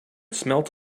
smelt